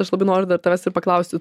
aš labai noriu dar tavęs ir paklausti